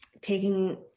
taking